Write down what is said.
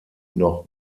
noch